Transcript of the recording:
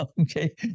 Okay